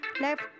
Left